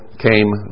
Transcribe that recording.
came